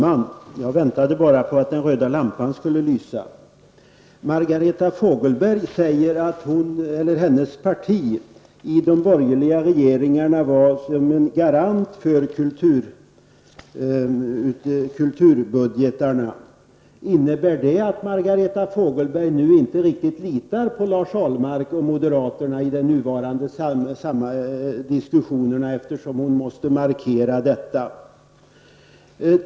Herr talman! Margareta Fogelberg sade att henens parti i de borgerliga regeringarna stod som en garant för kulturbudgetarna. Innebär detta att Margareta Fogelberg nu inte riktigt litar på Lars Ahlmark och moderaterna i de nuvarande diskussionerna, eftersom hon gör denna markering?